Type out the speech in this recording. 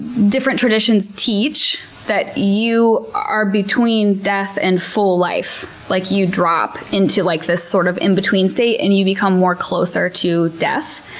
different traditions teach that you are between death and full life. like you drop into like this, sort of, in-between state, and you become more closer to death